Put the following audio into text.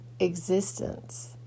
existence